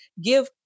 give